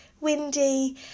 windy